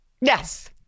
Yes